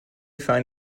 find